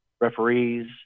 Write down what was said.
Referees